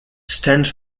stands